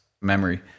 memory